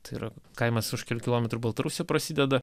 tai yra kaimas už kelių kilometrų baltarusija prasideda